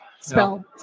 spell